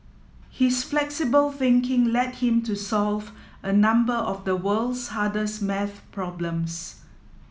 his flexible thinking led him to solve a number of the world's hardest maths problems